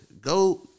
go